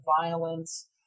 violence